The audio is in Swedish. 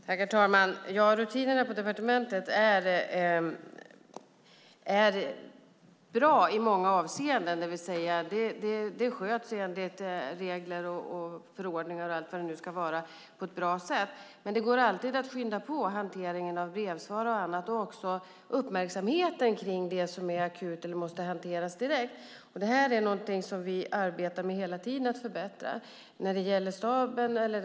Herr talman! Rutinerna på departementet är bra i många avseenden. Detta sköts enligt regler, förordningar och allt vad det nu ska vara på ett bra sätt. Men det går alltid att skynda på hanteringen av brevsvar och annat, liksom att öka uppmärksamheten på det som är akut och måste hanteras direkt. Detta är någonting som vi hela tiden arbetar på att förbättra.